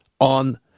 on